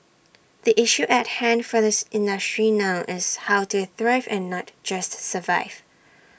the issue at hand for the industry now is how to thrive and not just survive